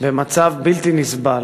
במצב בלתי נסבל.